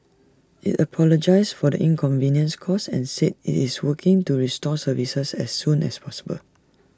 IT apologised for the inconvenience caused and said IT is working to restore services as soon as possible